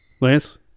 Lance